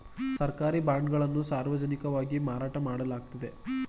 ಸರ್ಕಾರಿ ಬಾಂಡ್ ಗಳನ್ನು ಸಾರ್ವಜನಿಕವಾಗಿ ಮಾರಾಟ ಮಾಡಲಾಗುತ್ತದೆ